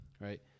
right